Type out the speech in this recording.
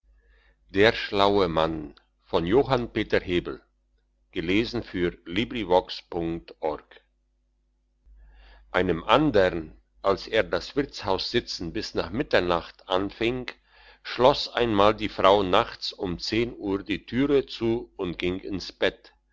der schlaue mann einem andern als er das wirtshaussitzen bis nach mitternacht anfing schloss einmal die frau nachts um zehn uhr die türe zu und ging ins bett